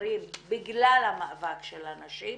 האחרונים בגלל המאבק של הנשים,